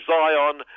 Zion